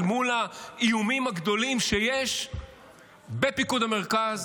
אל מול האיומים הגדולים שיש בפיקוד המרכז